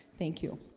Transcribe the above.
thank you.